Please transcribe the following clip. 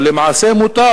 אבל למעשה מותר,